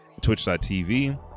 twitch.tv